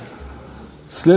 Hvala